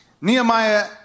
Nehemiah